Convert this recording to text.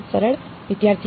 સરળ વિદ્યાર્થી 1